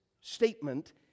statement